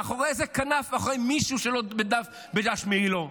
מאחורי איזה כנף, אחרי מישהו שלא משך בדש מעילו.